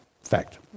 fact